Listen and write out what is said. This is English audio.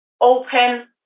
open